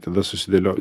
tada susidėlioji